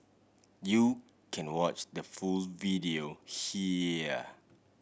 you can watch the full video here